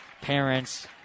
parents